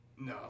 No